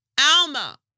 Alma